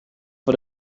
fod